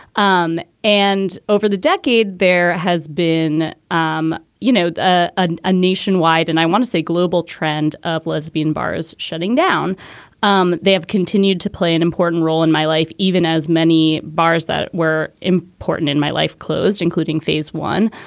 um and over the decade, there has been, um you know, a a nationwide and i want to say global trend of lesbian bars shutting down um they have continued to play an important role in my life, even as many bars that were important in my life closed, including phase one.